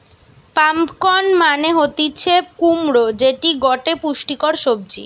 pumpkin মানে হতিছে কুমড়ো যেটি গটে পুষ্টিকর সবজি